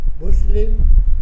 Muslim